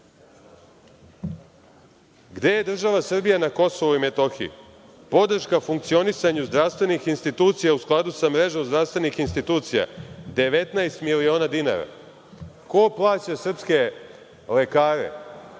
je država Srbija na KiM? Podrška funkcionisanju zdravstvenih institucija, u skladu sa mrežom zdravstvenih institucija, 19 miliona dinara. Ko plaća srpske lekare,